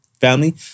family